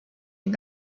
den